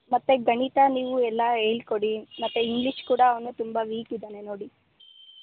ಮತ್ತು ಗಣಿತ ನೀವು ಎಲ್ಲ ಹೇಳ್ಕೊಡಿ ಮತ್ತು ಇಂಗ್ಲೀಷ್ ಕೂಡ ಅವನು ತುಂಬ ವೀಕ್ ಇದ್ದಾನೆ ನೋಡಿ